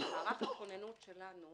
מערך הכוננות שלנו